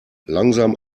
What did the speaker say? langsam